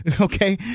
okay